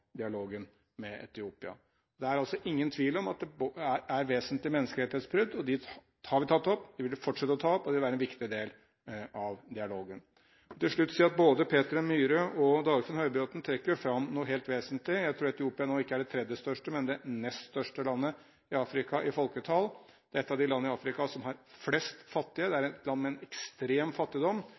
dialogen med Etiopia? Det er ingen tvil om at det er snakk om vesentlige menneskerettighetsbrudd. Det har vi tatt opp, det vil vi fortsette å ta opp, og det vil være en viktig del av dialogen. Jeg vil til slutt si at både Peter N. Myhre og Dagfinn Høybråten trekker fram noe helt vesentlig. Jeg tror Etiopia nå ikke er det tredje største, men det nest største landet i Afrika når det gjelder folketall. Det er et av de landene i Afrika som har flest fattige, det er et land med ekstrem fattigdom.